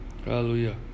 Hallelujah